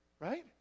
right